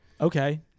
Okay